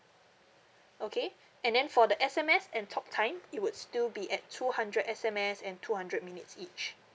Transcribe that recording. okay and then for the S_M_S and talk time it would still be at two hundred S_M_S and two hundred minutes each